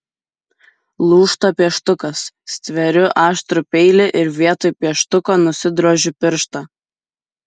lūžta pieštukas stveriu aštrų peilį ir vietoj pieštuko nusidrožiu pirštą